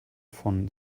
von